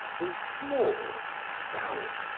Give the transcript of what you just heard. was small, stout,